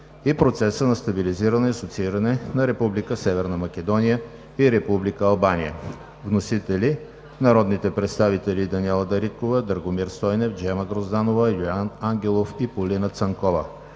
и Процеса на стабилизиране и асоцииране на Република Северна Македония и Република Албания. Вносители са народните представители Даниела Дариткова, Драгомир Стойнев, Джема Грозданова, Юлиан Ангелов и Полина Цанкова.